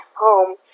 home